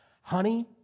Honey